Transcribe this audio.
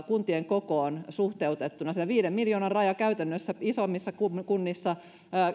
kuntien kokoon suhteutettuna sillä viiden miljoonan raja käytännössä isommissa kunnissa